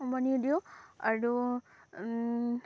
উমনিও দিওঁ আৰু